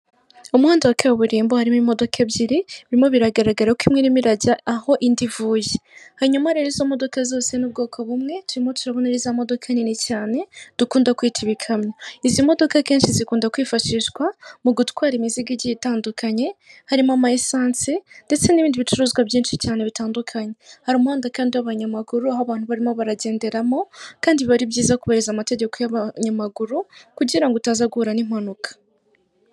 umuhanda wakaburimbo hari imodoka ebyiri birimo biragaragara ko imwerimo irajya aho indi ivuye hanyuma rero izo modoka zose n'ubwoko bumwe turimo tubonazo modoka nini cyane dukunda kwita ibikamyo izi modoka akenshi zikunda kwifashishwa mu gutwara imizigo igiye itandukanye harimo amaissance ndetse n'ibindi bicuruzwa byinshi cyane bitandukanye harimohanda kandi aba abanyamaguru aho abantu barimo baragenderamo kandi biba ari byiza kubahiriza amategeko y'abanyamaguru kugirango utaza guhura n'impanuka.